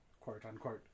quote-unquote